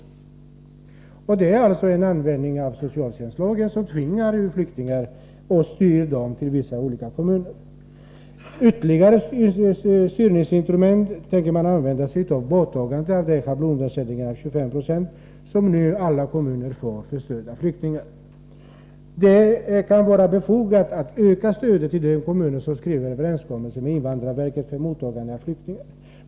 Socialtjänstlagen kan alltså användas för att tvinga och styra flyktingar till vissa kommuner. Ytterligare styrningsinstrument som man tänker använda sig av är borttagandet av schablonersättningen med 25 26, som nu alla kommuner får för stöd åt flyktingar. Det kan vara befogat att öka stödet till de kommuner som träffar överenskommelser med invandrarverket om mottagande av flyktingar.